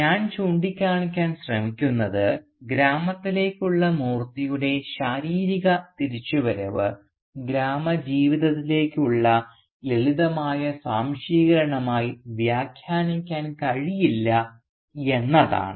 ഞാൻ ചൂണ്ടിക്കാണിക്കാൻ ശ്രമിക്കുന്നത് ഗ്രാമത്തിലേക്കുള്ള മൂർത്തിയുടെ ശാരീരിക തിരിച്ചുവരവ് ഗ്രാമജീവിതത്തിലേക്കുള്ള ലളിതമായ സ്വാംശീകരണമായി വ്യാഖ്യാനിക്കാൻ കഴിയില്ല എന്നതാണ്